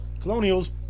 Colonials